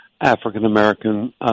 African-American